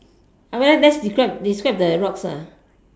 however let's describe let's describe the rocks lah